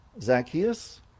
Zacchaeus